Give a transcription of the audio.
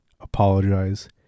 apologize